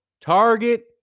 Target